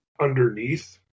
underneath